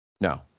No